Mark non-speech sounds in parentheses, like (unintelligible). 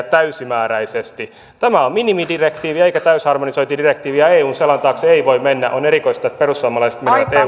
(unintelligible) täysimääräisesti tämä on minimidirektiivi eikä täysharmonisointidirektiivi eun selän taakse ei voi mennä on erikoista että perussuomalaiset menevät eun